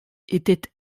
était